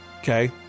okay